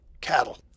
cattle